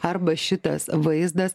arba šitas vaizdas